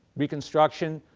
reconstruction,